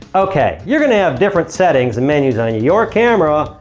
ok. you're going to have different settings and menus on your camera,